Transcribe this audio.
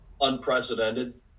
unprecedented